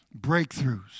breakthroughs